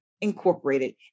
Incorporated